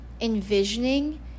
envisioning